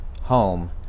home